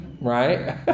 right